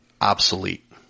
obsolete